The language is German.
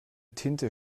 tinte